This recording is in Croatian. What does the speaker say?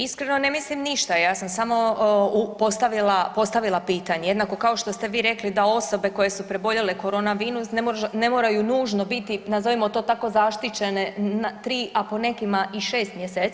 Iskreno ne mislim ništa, ja sam samo postavila pitanje jednako kao što ste vi rekli da osobe koje su preboljele korona virus ne moraju nužno biti nazovimo to tako zaštićene 3, a po nekima i 6 mjeseci.